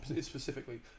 specifically